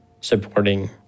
supporting